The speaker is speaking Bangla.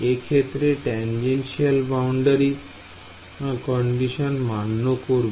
এক্ষেত্রে টানজেনশিয়াল বাউন্ডারি কন্ডিশন মান্য করবে